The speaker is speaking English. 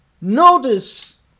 Notice